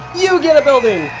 you get a building!